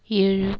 ஏழு